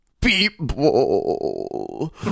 people